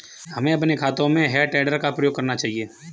हमें अपने खेतों में हे टेडर का प्रयोग करना चाहिए